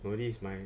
no this is my